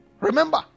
remember